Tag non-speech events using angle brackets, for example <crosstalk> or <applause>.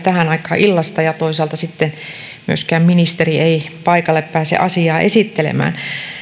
<unintelligible> tähän aikaan illasta ja toisaalta sitten myöskään ministeri ei paikalle pääse asiaa esittelemään